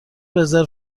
رزرو